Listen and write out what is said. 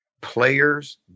players